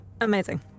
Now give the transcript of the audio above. Amazing